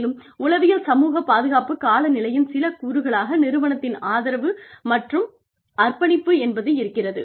மேலும் உளவியல் சமூகப் பாதுகாப்பு காலநிலையின் சில கூறுகளாக நிறுவனத்தின் ஆதரவு மற்றும் அர்ப்பணிப்பு என்பது இருக்கிறது